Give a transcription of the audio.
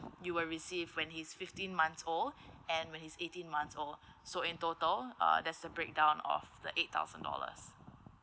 you will receive when he's fifteen months old and when he's eighteen months old so in total uh that's the breakdown of the eight thousand dollars